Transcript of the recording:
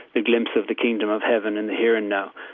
a glimpse of the kingdom of heaven in the here and now,